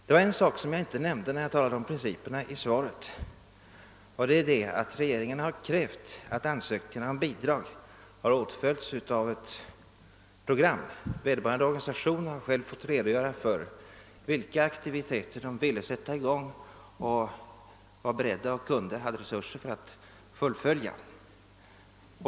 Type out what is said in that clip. Det var en sak som jag inte nämnde i svaret när jag talade om principerna, och det är att regeringen har krävt att ansökan om bidrag skulle åtföljas av ett program. Vederbörande organisation har själv fått redogöra för vilka aktiviteter man ville sätta i gång och hade resurser att fullfölja.